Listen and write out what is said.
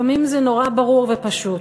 לפעמים זה נורא ברור ופשוט.